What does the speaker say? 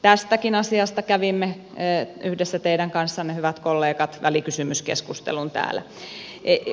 tästäkin asiasta kävimme yhdessä teidän kanssanne hyvät kollegat välikysymyskeskustelun täällä